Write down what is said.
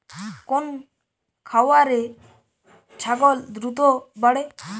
কোন খাওয়ারে ছাগল দ্রুত বাড়ে?